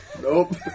Nope